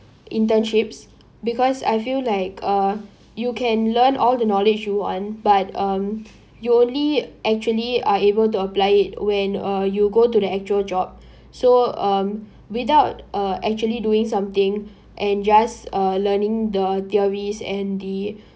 internships because I feel like uh you can learn all the knowledge you want but um you only actually are able to apply it when uh you go to the actual job so um without uh actually doing something and just uh learning the theories and the